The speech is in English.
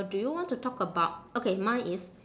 do you want to talk about okay mine is